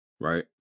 Right